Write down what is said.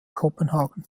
kopenhagen